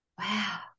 wow